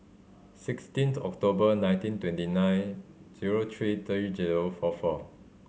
sixteenth October nineteen twenty nine zero three three zero four four